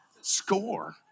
Score